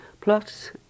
plus